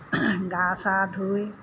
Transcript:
গা চা ধুই